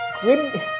Grim